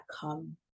come